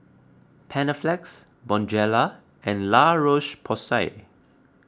Panaflex Bonjela and La Roche Porsay